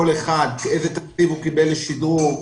כל אחד איזה תקציב הוא קיבל לשדרוג,